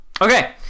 Okay